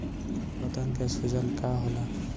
गदन के सूजन का होला?